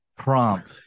prompt